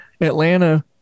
Atlanta